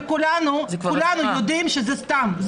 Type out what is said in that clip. וכולנו יודעים שזה סתם.